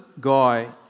guy